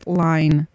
line